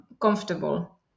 comfortable